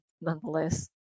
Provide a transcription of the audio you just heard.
nonetheless